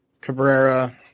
Cabrera